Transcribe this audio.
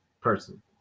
person